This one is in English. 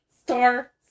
Star